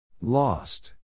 Lost